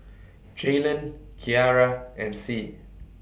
Jaylen Kyara and Sie